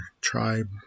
tribe